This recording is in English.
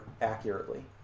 accurately